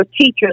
teachers